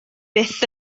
byth